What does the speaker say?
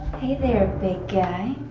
hey there big guy.